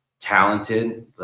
talented